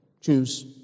choose